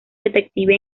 detective